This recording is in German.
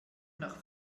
nach